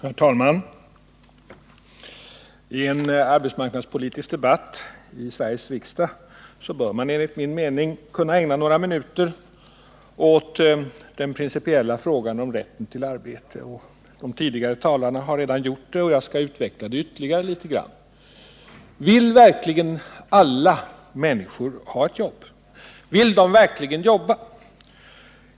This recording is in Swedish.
Herr talman! I en arbetsmarknadspolitisk debatt i Sveriges riksdag bör man enligt min mening kunna ägna några minuter åt den principiella frågan om rätten till arbete. De tidigare talarna har redan gjort det, och jag skall utveckla den ytterligare litet grand. Vill verkligen alla människor ha ett jobb? Vill de verkligen arbeta?